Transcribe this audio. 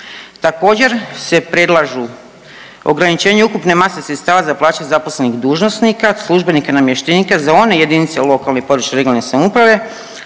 Također, se predlažu ograničenje ukupne mase sredstava za plaće zaposlenih dužnosnika, službenika i namještenika za one jedinice lokalne i područne (regionalne) samouprave